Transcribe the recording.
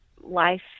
life